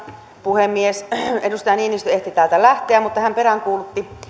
puhemies edustaja niinistö ehti täältä lähteä mutta hän peräänkuulutti